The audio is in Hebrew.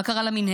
מה קרה למינהלת?